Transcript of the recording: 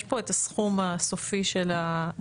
יש פה את הסכום הסופי של העלויות,